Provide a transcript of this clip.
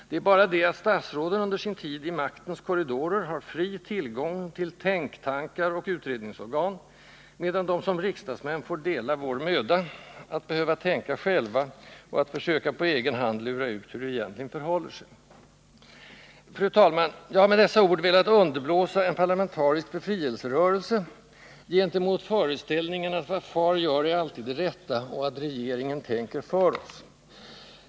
Det är bara det att statsråden under sin tid i maktens korridorer har fri tillgång till tänk-tankar och utredningsorgan, medan de som riksdagsmän får dela vår möda att behöva tänka själva och att försöka att på egen hand lura ut hur det egentligen förhåller sig. Fru talman! Jag har med dessa ord velat underblåsa en parlamentarisk befrielserörelse gentemot föreställningen att vad far gör är alltid det rätta och att regeringen tänker för oss.